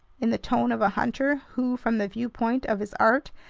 in the tone of a hunter who, from the viewpoint of his art,